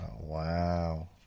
wow